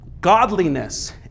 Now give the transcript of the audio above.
godliness